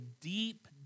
deep